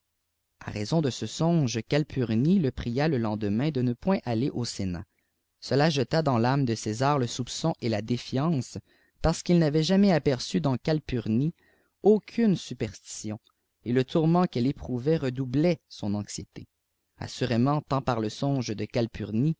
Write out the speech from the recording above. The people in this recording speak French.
â raison de ce songe calpumie le pria le lendemain de ne point aller au sénat cela jeta dans l'âme de césar le soupçon et la défiance parce qu'il n'avait jamais aperçu dans calpurnie aucune superstition et le tourment qi elle éprouvait redoublait son anxiété assurément tant par le songe de